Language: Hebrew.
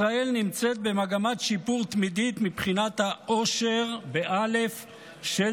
ישראל נמצאת במגמת שיפור תמידית מבחינת האושר של תושביה,